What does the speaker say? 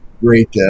great